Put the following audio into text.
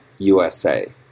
USA